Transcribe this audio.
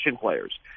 players